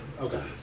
Okay